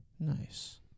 Nice